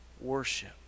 Worship